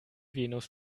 venus